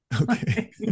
Okay